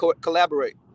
collaborate